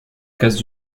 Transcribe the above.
casse